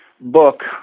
book